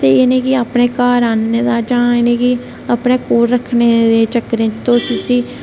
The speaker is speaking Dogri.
ते इनेंगी अपने घार आह्नने दा जां इनेंगी अपने कोल रक्खने दे चक्करें च तुस इसी